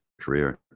career